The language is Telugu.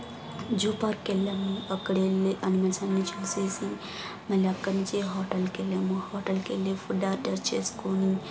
జూ పార్క్ వెళ్ళాము అక్కడెళ్లి యానిమల్స్ అన్ని చూసేసి మళ్ళీ అక్కడ్నించి హోటల్కెళ్ళాము హోటల్కెళ్ళి ఫుడ్ ఆర్డర్ చేసుకొని